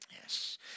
Yes